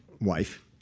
wife